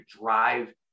drive